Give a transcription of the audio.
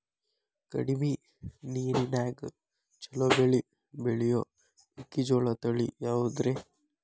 ಕಡಮಿ ನೇರಿನ್ಯಾಗಾ ಛಲೋ ಬೆಳಿ ಬೆಳಿಯೋ ಮೆಕ್ಕಿಜೋಳ ತಳಿ ಯಾವುದ್ರೇ?